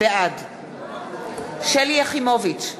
בעד שלי יחימוביץ,